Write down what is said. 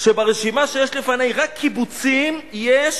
שברשימה שיש לפני, רק קיבוצים, יש